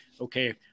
okay